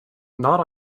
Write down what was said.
not